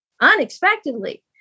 unexpectedly